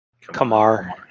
Kamar